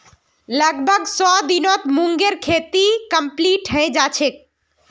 लगभग सौ दिनत मूंगेर खेती कंप्लीट हैं जाछेक